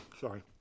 sorry